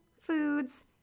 foods